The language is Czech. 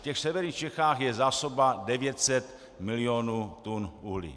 V severních Čechách je zásoba 900 milionů tun uhlí.